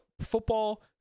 football